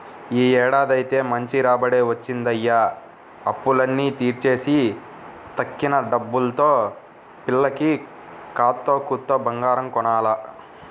యీ ఏడాదైతే మంచి రాబడే వచ్చిందయ్య, అప్పులన్నీ తీర్చేసి తక్కిన డబ్బుల్తో పిల్లకి కాత్తో కూత్తో బంగారం కొనాల